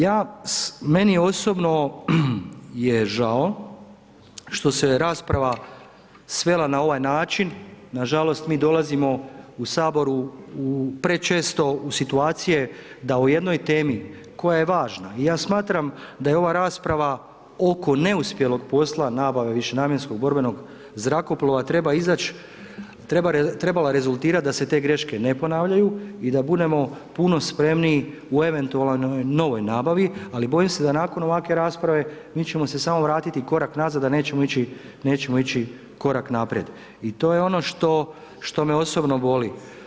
Ja, meni osobno je žao što se rasprava svela na ovaj način, nažalost, mi dolazimo u HS prečesto u situacije da o jednoj temi koja je važna, ja smatram da je ova rasprava oko neuspjelog posla nabave višenamjenskog borbenog zrakoplova, treba izać, trebala je rezultirat da se te greške ne ponavljaju i da budemo puno spremniji u eventualnoj novoj nabavi, ali bojim se da nakon ovakve rasprave, mi ćemo se samo vratiti korak nazad, a nećemo ići korak naprijed i to je ono što me osobno boli.